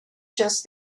just